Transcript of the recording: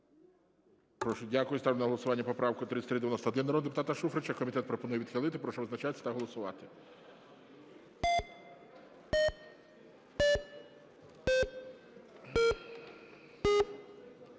Прошу. Дякую. Ставлю на голосування поправку 3391 народного депутата Шуфрича. Комітет пропонує відхилити. Прошу визначатись та голосувати.